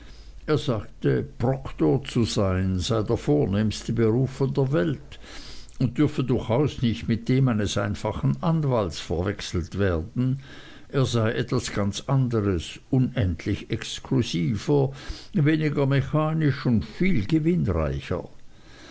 er sagte proktor zu sein sei der vornehmste beruf von der welt und dürfe durchaus nicht mit dem eines einfachen anwalts verwechselt werden er sei etwas ganz anderes unendlich exklusiver weniger mechanisch und viel gewinnreicher